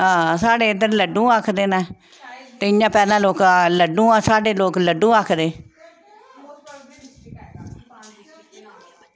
हां साढ़े इद्धर लड्डू आखदे न ते इ'यां पैह्लें लोग लोग साढ़े लोक लड्डू आखदे